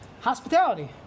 hospitality